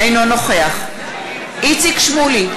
אינו נוכח איציק שמולי,